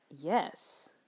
Yes